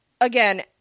again